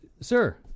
sir